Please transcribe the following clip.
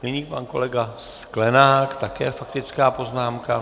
Nyní pan kolega Sklenák, také faktická poznámka.